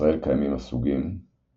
בישראל קיימים הסוגים Allodioxys